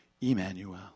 Emmanuel